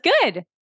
good